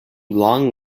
long